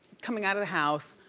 coming out of the house,